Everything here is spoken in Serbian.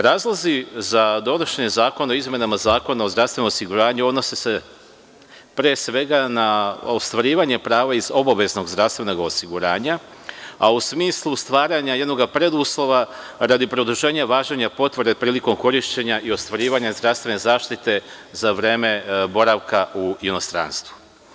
Razlozi za donošenje Zakona o izmenama Zakona o zdravstvenom osiguranju odnose se pre svega na ostvarivanje prava iz obaveznog zdravstvenog osiguranja, a u smislu stvaranja jednog preduslova radi produženja važenja potvrde prilikom korišćenja i ostvarivanja zdravstvene zaštite za vreme boravka u inostranstvu.